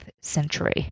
century